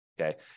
okay